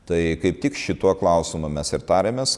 tai kaip tik šituo klausimu mes ir tarėmės